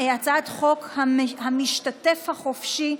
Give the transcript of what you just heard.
הצעת חוק המשתתף החופשי,